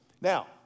Now